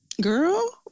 Girl